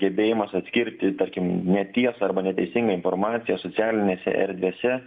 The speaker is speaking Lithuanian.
gebėjimas atskirti tarkim netiesą arba neteisingą informaciją socialinėse erdvėse